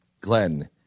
Glenn